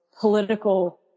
political